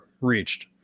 reached